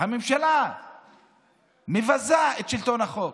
הממשלה מבזה את שלטון החוק,